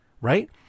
Right